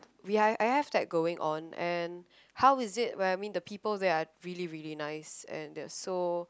we are I have that going on and how is it well I mean the people there are really really nice and they're so